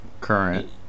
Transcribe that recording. current